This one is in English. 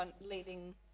leading